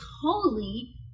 holy